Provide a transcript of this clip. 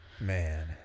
Man